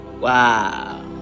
Wow